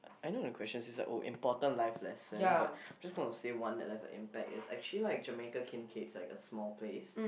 I know the questions it's like oh important life lesson but I'm just gonna say one that left an impact it's actually like Jamaica Kincaid's like a small place